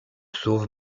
sauve